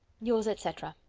yours, etc.